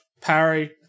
parry